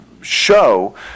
show